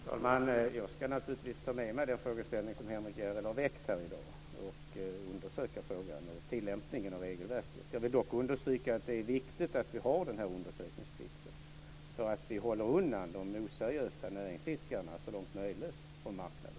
Fru talman! Jag ska naturligtvis ta med mig den frågeställning som Henrik Järrel har väckt här i dag. Jag ska undersöka frågan och tillämpningen av regelverket. Jag vill dock understryka att det är viktigt att vi har denna undersökningsplikt så att vi håller undan de oseriösa näringsidkarna så långt som möjligt från marknaden.